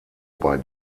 bei